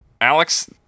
alex